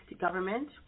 Government